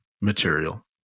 material